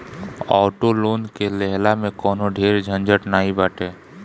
auto loan के लेहला में कवनो ढेर झंझट नाइ बाटे